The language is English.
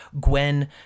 Gwen